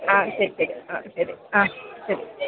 ആ ശരി ശരി ആ ശരി ആ ശരി